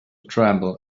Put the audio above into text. tremble